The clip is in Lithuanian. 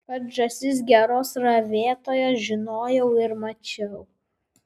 kad žąsys geros ravėtojos žinojau ir mačiau